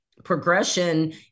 Progression